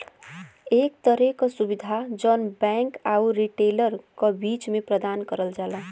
एक तरे क सुविधा जौन बैंक आउर रिटेलर क बीच में प्रदान करल जाला